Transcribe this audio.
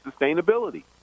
sustainability